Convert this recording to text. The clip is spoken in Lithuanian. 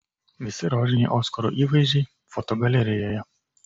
visi rožiniai oskarų įvaizdžiai fotogalerijoje